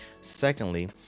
Secondly